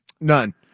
None